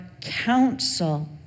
counsel